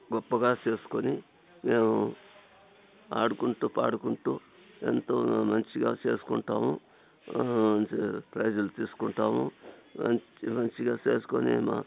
గొప్పగా చేసుకుని మేము ఆడుకుంటూ పాడుకుంటూ ఎంతో మంచిగా చేసుకుంటూము ప్రైజులు తీసుకుంటాము మంచి మంచిగా చేసుకొని మా